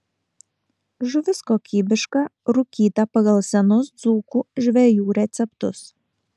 žuvis kokybiška rūkyta pagal senus dzūkų žvejų receptus